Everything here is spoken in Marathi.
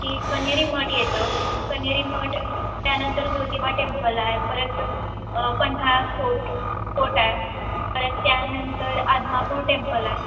की कण्हेरी मठ येतं कण्हेरी मठ त्यानंतर जोतिबा टेम्पल आहे परत पन्हाळा फोर्ट फोर्ट आहे परत त्यानंतर आदमापूर टेम्पल आहे